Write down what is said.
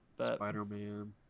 Spider-Man